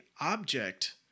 object